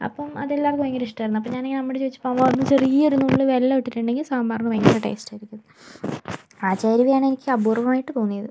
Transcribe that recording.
അപ്പം അത് എല്ലാവർക്കും ഭയങ്കര ഇഷ്ടമായിരുന്നു അപ്പം ഞാൻ ഇങ്ങനെ അമ്മയോട് ചോദിച്ചപ്പോൾ അമ്മ പറഞ്ഞു ചെറിയ ഒരു നുള്ള് വെല്ലം ഇട്ടിട്ടുണ്ടെങ്കിൽ സാമ്പാറിന് ഭയങ്കര ടേസ്റ്റിയായിരിക്കും ആ ചേരുവയാണ് എനിക്ക് അപൂർവമായിട്ട് തോന്നിയത്